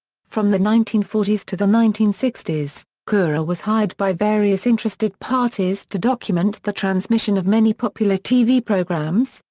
from the nineteen forty s to the nineteen sixty s, cura was hired by various interested parties to document the transmission of many popular tv programmes,